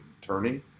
turning